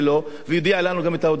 ויודיע לנו גם את ההודעה הזאת.